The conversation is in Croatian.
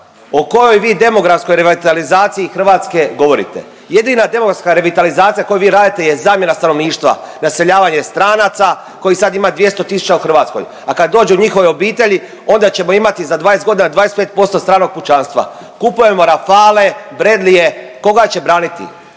O kojoj vi demografskoj revitalizaciji Hrvatske govorite? Jedina demografska revitalizacija koju vi radite je zamjena stanovništva, naseljavanje stranaca kojih sada ima 200 tisuća u Hrvatskoj, a kad dođu njihove obitelji onda ćemo imati za 20 godina 25% stranog pučanstva. Kupujemo Rafale, Bredlije koga će braniti?